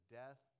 death